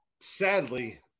sadly